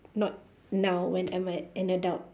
not now when I'm a an adult